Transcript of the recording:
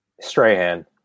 Strahan